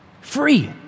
Free